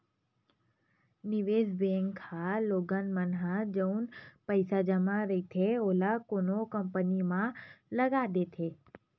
निवेस बेंक ह लोगन मन ह जउन पइसा जमा रहिथे ओला कोनो कंपनी म लगा देथे